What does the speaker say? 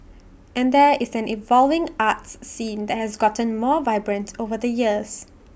and there is an evolving arts scene that has gotten more vibrant over the years